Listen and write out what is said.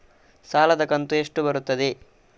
ಸಾಲದ ಕಂತು ಎಷ್ಟು ಬರುತ್ತದೆ?